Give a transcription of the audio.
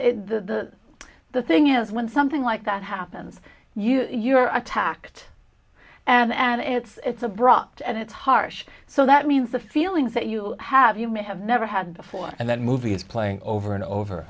because the the thing is when something like that happens you are attacked and it's it's abrupt and it's harsh so that means the feelings that you have you may have never had before and that movie is playing over and over